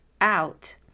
out